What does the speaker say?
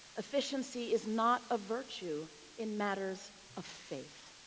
efficiency is not a virtue in matters of faith.